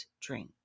drink